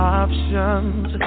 options